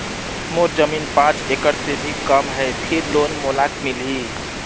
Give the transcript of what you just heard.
मोर जमीन पांच एकड़ से भी कम है फिर लोन मोला मिलही?